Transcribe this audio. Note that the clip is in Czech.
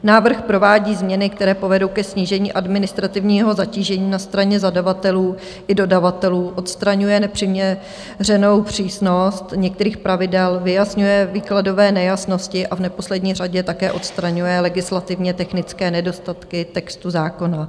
Návrh provádí změny, které povedou ke snížení administrativního zatížení na straně zadavatelů i dodavatelů, odstraňuje nepřiměřenou přísnost některých pravidel, vyjasňuje výkladové nejasnosti a v neposlední řadě také odstraňuje legislativně technické nedostatky textu zákona.